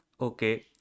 okay